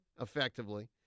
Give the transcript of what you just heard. effectively